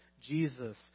Jesus